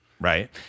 Right